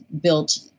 built